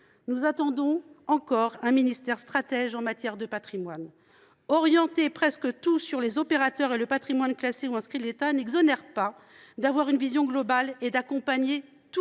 Nous attendons encore un ministère stratège en matière de patrimoine. Le fait d’orienter presque tout sur les opérateurs et le patrimoine classé ou inscrit de l’État n’exonère pas d’avoir une vision globale et d’accompagner le